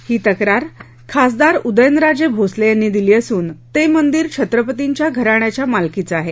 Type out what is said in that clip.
ही तक्रार खासदार उदयनराजे भोसले यांनी दिली असून ते मंदिर छत्रपतींच्या घराण्याच्या मालकीचं आहे